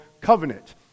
covenant